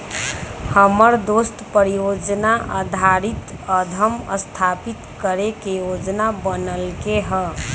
हमर दोस परिजोजना आधारित उद्यम स्थापित करे के जोजना बनलकै ह